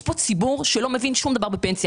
יש פה ציבור שלא מבין שום דבר בפנסיה.